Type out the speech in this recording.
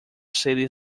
city